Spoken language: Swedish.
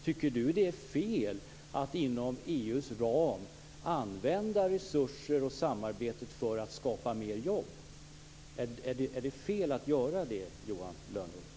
Tycker Johan Lönnroth att det är fel att inom EU:s ram använda resurser och samarbetet för att skapa fler jobb? Är det fel att göra så, Johan Lönnroth?